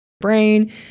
brain